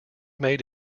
made